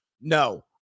No